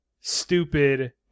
stupid